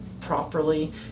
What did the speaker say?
properly